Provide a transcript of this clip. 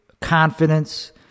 confidence